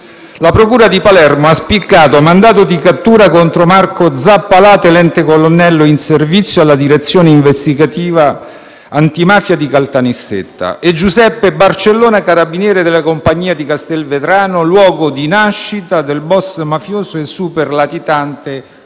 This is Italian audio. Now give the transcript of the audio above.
la procura di Palermo ha spiccato un mandato di cattura contro Marco Zappalà, tenente colonnello in servizio alla Direzione investigativa antimafia di Caltanissetta, e Giuseppe Barcellona, carabiniere della compagnia di Castelvetrano, luogo di nascita del boss mafioso e superlatitante